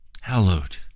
hallowed